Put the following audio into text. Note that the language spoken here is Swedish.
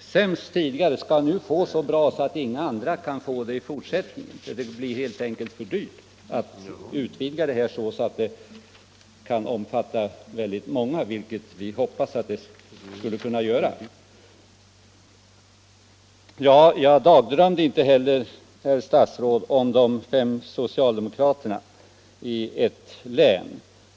sämst tidigare nu skall få det så bra att inga andra kan få samma förmåner i fortsättningen för att det helt enkelt blir för dyrt att utvidga detta till att omfatta väldigt många, vilket vi hoppades att man skulle kunna göra. Jag dagdrömde inte heller, herr statsråd, om de fem socialdemokraterna i ett län.